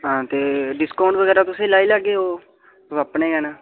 हां ते डिस्काउंट बगैरा तुसेंगी लाई लैगे ओह् तुस अपने गै न